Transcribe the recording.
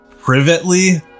privately